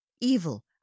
evil